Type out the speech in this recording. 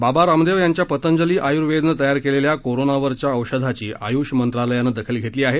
बाबा रामदेव यांच्या पतंजली आयुर्वेदनं तयार केलेल्या कोरोनावरच्या औषधाची आयुष मंत्रालयानं दखल घेतली आहे